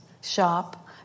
shop